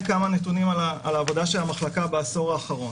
הינה כמה נתונים על העבודה של המחלקה בעשור האחרון.